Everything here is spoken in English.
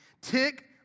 Tick